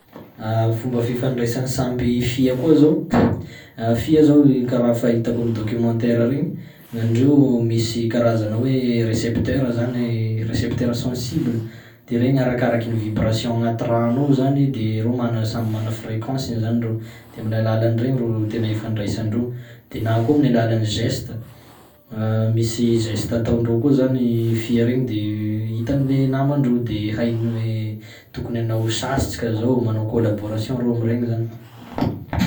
Fomba fifandraisan'ny samby fia koa zao fia zao kara fahitako amin'ny documentaire regny, gn'andreo misy karazana hoe récepteur zany récepteur sensible, de regny arakaraky ny vibration agnaty rano ao zany de reo mana- samy mana fréquenceny zany reo, de amin'ny alalan'iregny ro tena ifandraisandreo, de na koa amin'ny alalan'ny geste misy geste ataondreo koa zany fia regny de hitan'ny le namandreo de hainy hoe tokony hanao chasse tsika zao, manao collaboration reo am'regny zany.